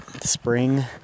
spring